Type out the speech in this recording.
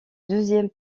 deuxième